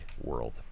world